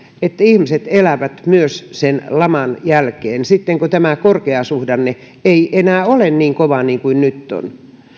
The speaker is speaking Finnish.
että ihmiset elävät myös sen laman jälkeen sitten kun tämä korkeasuhdanne ei enää ole niin kova kuin nyt on